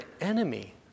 enemy